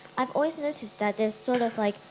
i've always noticed that they're sort of like,